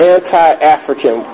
Anti-African